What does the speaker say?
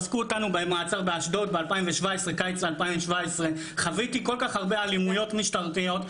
אזקו אותנו במעצר באשדוד בקיץ 2017. חוויתי כל כך הרבה אלימות משטרתיות.